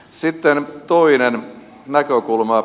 sitten toinen näkökulma